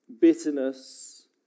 bitterness